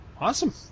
Awesome